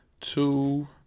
two